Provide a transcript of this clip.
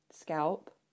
scalp